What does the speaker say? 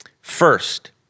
First